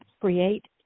create